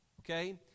okay